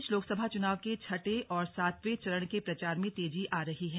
इस बीच लोकसभा चुनाव के छठे और सातवें चरण के प्रचार में तेजी आ रही है